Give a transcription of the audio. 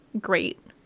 great